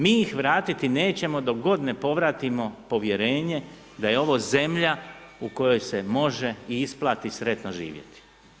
Mi ih vratiti nećemo dok god ne povratimo povjerenje da je ovo zemlja u kojoj se može i isplati sretno živjeti.